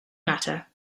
matter